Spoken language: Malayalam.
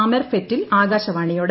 അമർ ഫെറ്റിൽ ആകാശവാണിയോട്